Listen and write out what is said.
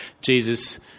Jesus